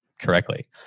correctly